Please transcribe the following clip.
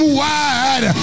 wide